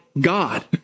God